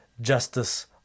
justice